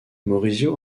maurizio